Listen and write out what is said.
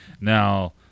Now